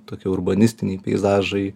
tokie urbanistiniai peizažai